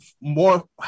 more